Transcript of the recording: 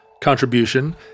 contribution –